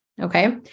Okay